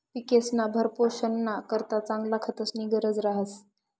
पिकेस्ना भरणपोषणना करता चांगला खतस्नी गरज रहास